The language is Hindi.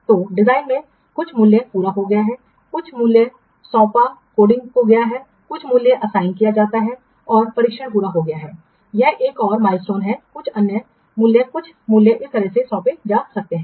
तो डिजाइन में कुछ मूल्य पूरा हो गया है कुछ मूल्य सौंपा कोडिंग पूरा हो गया है कुछ मूल्य असाइन किया जा सकता है और परीक्षण पूरा हो गया है यह एक और माइलस्टोन है कुछ अन्य मूल्य कुछ मूल्य इस तरह सौंपा जा सकता है